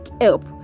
help